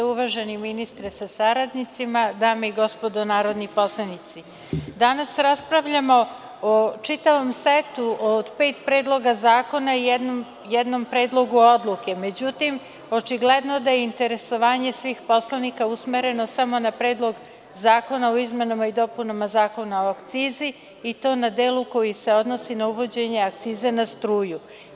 Uvaženi ministre sa saradnicima, dame i gospodo narodni poslanici, danas raspravljamo o čitavom setu od pet predloga zakona i jednom Predlogu odluke, međutim, očigledno da je interesovanje svih poslanika usmereno samo na Predlog zakona o izmenama i dopunama Zakona o akcizama, i to na delu koji se odnosi na uvođenje akcize na struju.